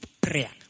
prayer